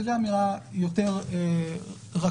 זו אמירה יותר רכה,